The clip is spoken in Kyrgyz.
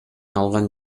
алган